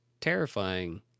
terrifying